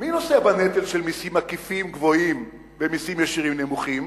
מי נושא בנטל של מסים עקיפים גבוהים ומסים ישירים נמוכים?